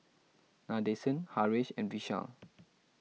Nadesan Haresh and Vishal